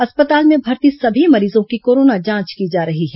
अस्पताल में भर्ती सभी मरीजों की कोरोना जांच की जा रही है